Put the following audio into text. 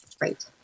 right